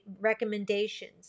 recommendations